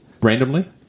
randomly